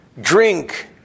drink